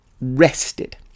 rested